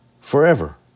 forever